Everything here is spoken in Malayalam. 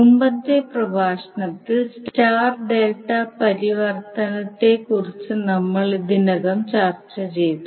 മുമ്പത്തെ പ്രഭാഷണത്തിൽ സ്റ്റാർ ഡെൽറ്റ പരിവർത്തനത്തെക്കുറിച്ച് നമ്മൾ ഇതിനകം ചർച്ച ചെയ്തു